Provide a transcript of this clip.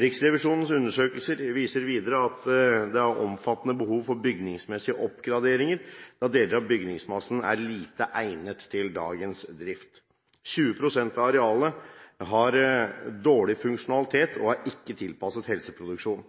Riksrevisjonens undersøkelse viser videre at det er et omfattende behov for bygningsmessig oppgradering, da deler av bygningsmassen er lite egnet for dagens drift. 20 pst. av arealet har dårlig funksjonalitet og er ikke tilpasset helseproduksjonen.